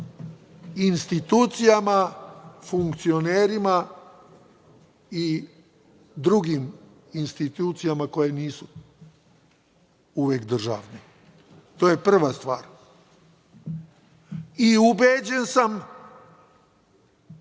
institucijama, funkcionerima i drugim institucijama koje nisu uvek državne. To je prva stvar. I ubeđen sam